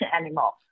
anymore